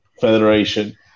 Federation